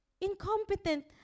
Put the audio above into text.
Incompetent